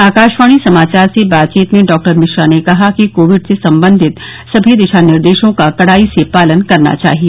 आकाशवाणी समाचार से बातचीत में डॉक्टर मिश्रा ने कहा कि कोविड से संबंधित सभी दिशा निर्देशों का कडाई से पालन करना चाहिए